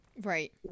Right